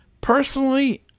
Personally